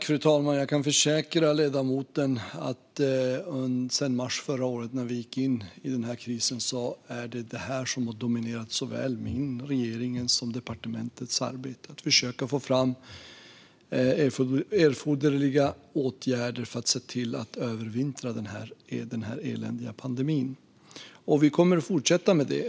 Fru talman! Jag kan försäkra ledamoten att detta har dominerat såväl mitt som regeringens och departementets arbete sedan mars förra året då vi gick in i krisen. Vi har försökt få fram erforderliga åtgärder för att vi ska kunna övervintra under den här eländiga pandemin. Vi kommer att fortsätta med det.